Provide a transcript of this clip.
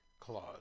clause